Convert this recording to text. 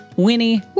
Winnie